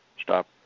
stop